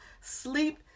sleep